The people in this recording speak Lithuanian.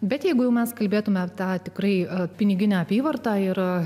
bet jeigu mes kalbėtumėme tą tikrai piniginę apyvartą yra